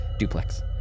duplex